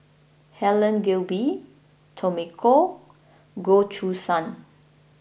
Helen Gilbey Tommy Koh Goh Choo San